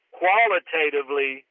qualitatively